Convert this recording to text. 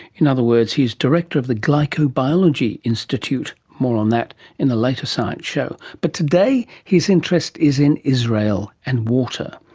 in other words he is the director of the glycobiology institute. more on that in a later science show. but today his interest is in israel and water.